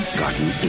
gotten